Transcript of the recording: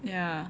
ya